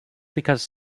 because